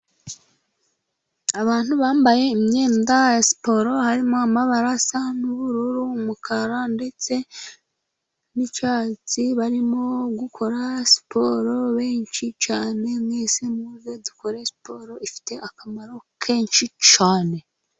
Abantu bambaye imyenda ya siporo, harimo amabara asa n'ubururu, umukara ndetse n'icyatsi, barimo gukora siporo, benshi cyane, mwese muze dukore siporo ifite akamaro kenshi cyane.